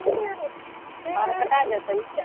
बाल कटा जेतै